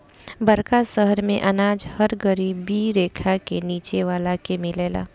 बड़का शहर मेंअनाज हर गरीबी रेखा के नीचे वाला के मिलेला